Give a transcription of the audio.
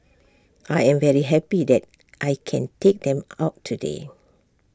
I'm very happy that I can take them out today